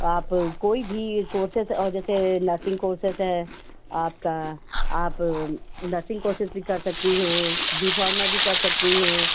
आप कोई भी कोर्सेस और जैसे नर्सिंग कोर्सेस है आपका आप नर्सिंग कोर्सेस भी कर सकती हैं बी फ़ॉर्मा भी कर सकती हैं